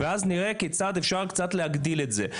ואז נראה כיצד אפשר קצת להגדיל את זה.